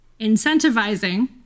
incentivizing